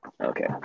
Okay